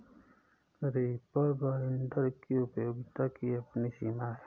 reaper binder की उपयोगिता की अपनी सीमा है